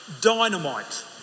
dynamite